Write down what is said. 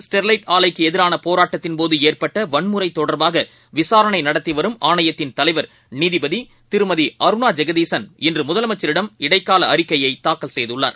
Sterlite ஆலைக்குஎதிரானபோராட்டத்தின் தூத்துக்குட போதுஏற்பட்டவன்முறைதொடர்பாகவிசாரணைநடத்திவரும் ஆணையத்தின் தலைவர் நீதிபதிதிருமதி அருணாஜெகதீசன் இன்றுமுதலமைச்சிடம் இடைக்காலஅறிக்கைதாக்கல் செய்துள்ளார்